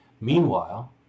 Meanwhile